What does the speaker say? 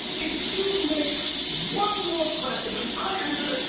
if you make one more crack at me, i am gonna.